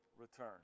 return